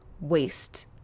waste